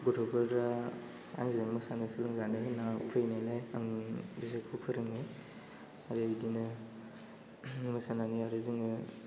गथ'फोरा आंजों मोसानो सोलोंजानो होनना फैनायलाय आं बिसोरखौ फोरोङो आरो बिदिनो मोसानानै आरो जोङो